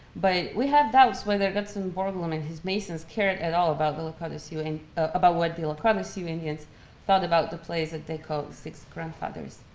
but we have doubts whether gutzon borglum and his masons cared at all about the lakota, sioux and about what the lakota sioux indians thought about the place that they called six grandfathers.